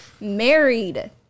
married